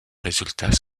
résultats